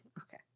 Okay